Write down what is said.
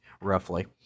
roughly